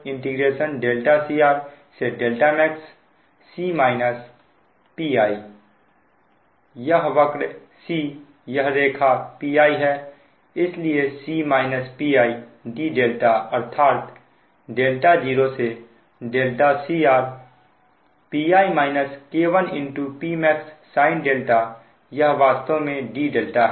A2 cr max यह वक्र C यह रेखा Pi है इसलिए dδ अर्थात 0 से cr Pi - K1 Pmax sin यह वास्तव में dδ है